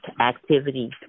activities